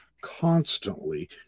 constantly